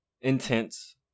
intense